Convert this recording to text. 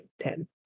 ten